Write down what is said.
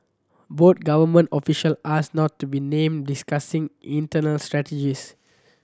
both government official asked not to be named discussing internal strategies